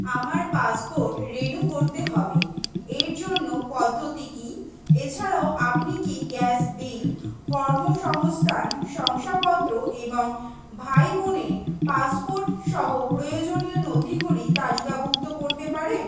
আমার passport renew করতে হবে এর জন্য পদ্ধতি কী এছাড়াও আপনি কি গ্যাস বিল কর্মসংস্থান শংসাপত্র এবং ভাই বোনের পাসপোর্ট সহ প্রয়োজনীয় নথিগুলি তালিকাভুক্ত করতে পারেন